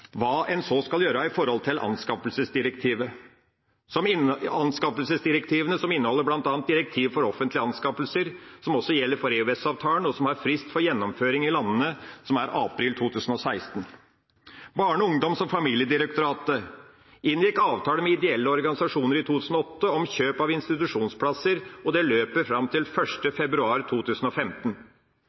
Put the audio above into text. hva en skal gjøre med hensyn til anskaffelsesdirektivene, som bl.a. inneholder direktiv om offentlige anskaffelser, som også gjelder for EØS-avtalen, og som har frist for gjennomføring i landene i april 2016. Barne-, ungdoms- og familiedirektoratet inngikk avtale med ideelle organisasjoner i 2008 om kjøp av institusjonsplasser, og den løper fram til 1. februar 2015.